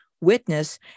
witness